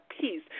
peace